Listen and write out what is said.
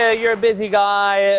ah you're a busy guy.